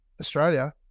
Australia